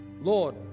Lord